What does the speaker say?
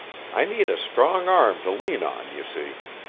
i need a strong arm to lean on, you see.